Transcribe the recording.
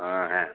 ಹಾಂ ಹಾಂ